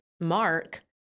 Mark